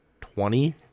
twenty